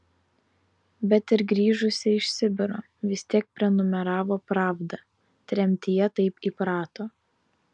bet ir grįžusi iš sibiro vis tiek prenumeravo pravdą tremtyje taip įprato